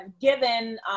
given